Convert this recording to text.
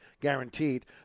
guaranteed